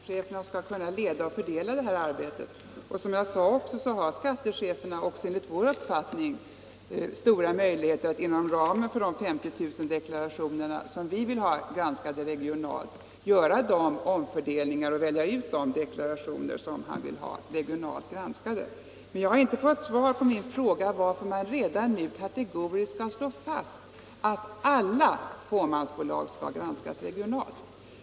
Fru talman! Vi är helt med på att skattecheferna skall kunna leda och fördela arbetet. Som jag redan sagt har skattecheferna enligt vår uppfattning stora möjligheter att inom ramen för 50 000 deklarationer som vi vill ha granskade regionalt göra de omfördelningar och välja ut de deklarationer som de vill ha regionalt granskade. Men jag har inte fått svar på min fråga varför man redan nu kategoriskt skall slå fast att alla fåmansbolag skall granskas regionalt.